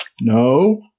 No